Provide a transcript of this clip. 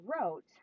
wrote